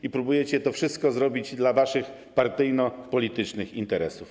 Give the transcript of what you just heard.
I próbujecie to wszystko zrobić dla waszych partyjno-politycznych interesów.